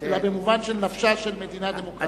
אלא במובן של נפשה של מדינה דמוקרטית.